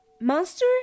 Monster